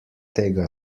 tega